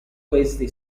questi